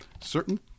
certain